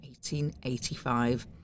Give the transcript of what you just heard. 1885